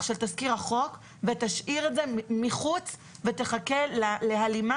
של תזכיר החוק ותשאיר את זה מחוץ ותחכה להלימה